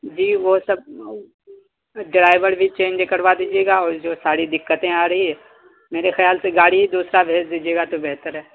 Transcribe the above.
جی وہ سب ڈرائیور بھی چینج کروا دیجیے گا اور جو ساری دقتیں آ رہی ہے میرے خیال سے گاڑی ہی دوسرا بھیج دیجیے گا تو بہتر ہے